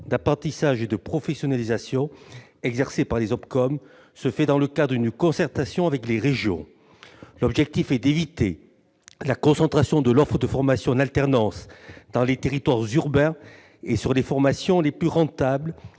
d'apprentissage et de professionnalisation exercée par les opérateurs de compétences l'est dans le cadre d'une concertation avec les régions. L'objectif est d'éviter la concentration de l'offre de formation en alternance dans les territoires urbains et sur les formations les plus rentables,